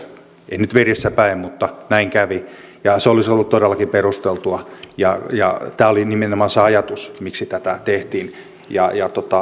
en nyt verissä päin mutta näin kävi se olisi ollut todellakin perusteltua tämä oli nimenomaan se ajatus miksi tätä tehtiin